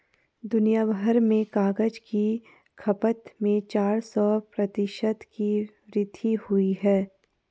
दुनियाभर में कागज की खपत में चार सौ प्रतिशत की वृद्धि हुई है